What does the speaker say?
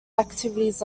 activities